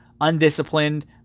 undisciplined